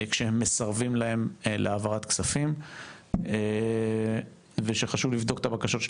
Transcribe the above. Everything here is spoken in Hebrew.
כשהם מסרבים להם להעברת כספים ושחשוב לבדוק את הבקשות של